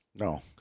No